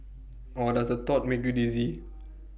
or does the thought make you dizzy